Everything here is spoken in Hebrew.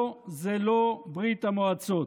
פה זה לא ברית המועצות.